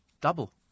double